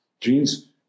Genes